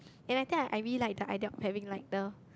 and I think I maybe like the idea of having lighter